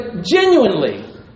genuinely